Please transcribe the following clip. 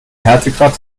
härtegrad